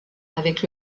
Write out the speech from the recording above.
avec